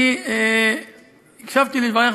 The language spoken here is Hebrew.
אני הקשבתי לדבריך,